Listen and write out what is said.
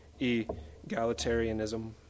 egalitarianism